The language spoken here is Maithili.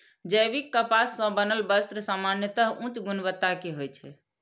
जैविक कपास सं बनल वस्त्र सामान्यतः उच्च गुणवत्ता के होइ छै